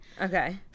Okay